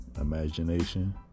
imagination